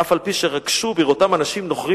אף-על-פי שרגשו בראותם אנשים נוכרים